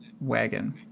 wagon